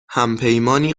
همپیمانی